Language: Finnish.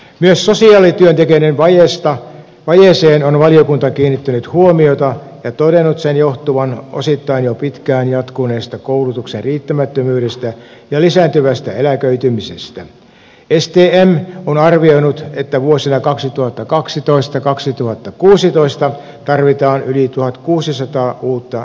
myös sosiaalityöntekijöiden vajeesta vajeeseen on valiokunta kiinnittänyt huomiota ja todennut sen johtuvan osittain jo pitkään jatkuneesta koulutuksen riittämättömyydestä ja lisääntyvästä eläköitymisestä esteenä on arvioinut että vuosina kaksituhattakaksitoista kaksituhattakuusitoista tarvitaan yli tuhatkuusisataa uutta